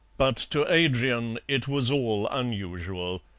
but to adrian it was all unusual.